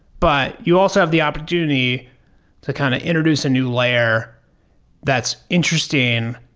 but you also have the opportunity to kind of introduce a new layer that's interesting,